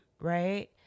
right